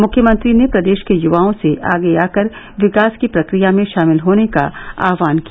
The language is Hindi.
मुख्यमंत्री ने प्रदेश के युवाओं से आगे आकर विकास की प्रक्रिया में शामिल होने का आहवान किया